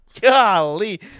Golly